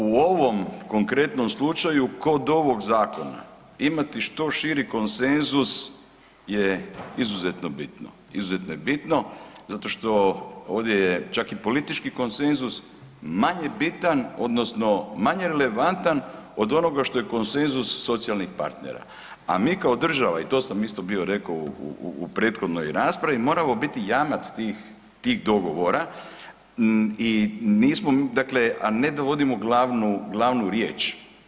U ovom konkretnom slučaju kod ovog zakona imati što širi konsenzus je izuzetno bitno, izuzetno je bitno zato što ovdje je čak i politički konsenzus manje bitan odnosno manje levantan od onoga što je konsenzus socijalnih partnera, a mi kao država i to sam isto bio rekao u prethodnoj raspravi moramo biti jamac tih dogovora i nismo, dakle a ne da vodimo glavnu, glavnu riječ.